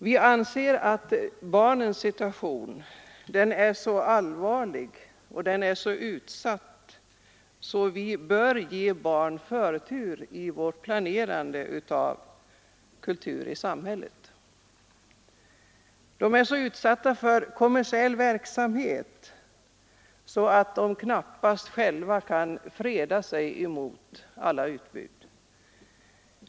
Vi anser att barnens situation är så allvarlig och utsatt att man bör ge barnen förtur vid planeringen av kulturutbudet i samhället. Barnen är så utsatta för den kommersiella verksamhet som bedrivs att de knappast kan freda sig mot alla utbud.